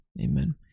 amen